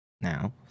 now